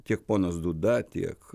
tiek ponas dūda tiek